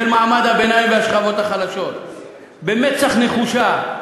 מעמד הביניים והשכבות החלשות במצח נחושה.